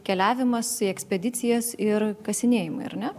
keliavimas į ekspedicijas ir kasinėjimai ar ne